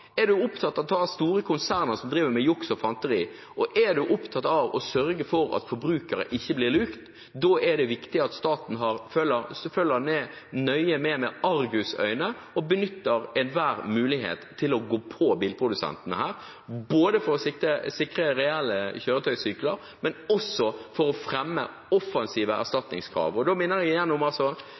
Er man opptatt av klima, er man opptatt av å ta store konsern som driver med juks og fanteri, og er man opptatt av å sørge for at forbrukerne ikke blir lurt, er det viktig at staten følger nøye med, med argusøyne, og benytter enhver mulighet til å gå på bilprodusentene – både for å sikre reelle kjøretøysykler og også for å fremme offensive erstatningskrav. Jeg minner